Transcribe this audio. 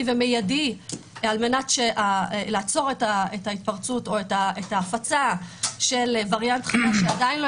ומיידי כדי לעצור את ההפצה של וריאנט חדש שאנחנו לא